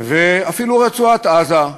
ואפילו רצועת-עזה,